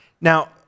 Now